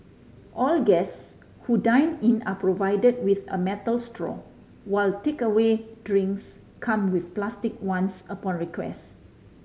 all guest who dine in are provided with a metal straw while takeaway drinks come with plastic ones upon request